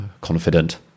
confident